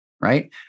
right